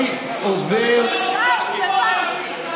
אני עובר, על אביר קארה.